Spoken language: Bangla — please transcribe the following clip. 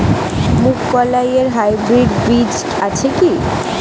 মুগকলাই এর হাইব্রিড বীজ আছে কি?